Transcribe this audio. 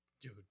Dude